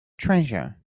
treasure